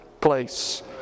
place